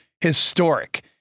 historic